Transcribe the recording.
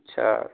اچھا